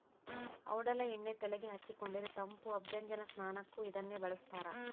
ಔಡಲ ಎಣ್ಣೆ ತೆಲೆಗೆ ಹಚ್ಚಿಕೊಂಡರೆ ತಂಪು ಅಭ್ಯಂಜನ ಸ್ನಾನಕ್ಕೂ ಇದನ್ನೇ ಬಳಸ್ತಾರ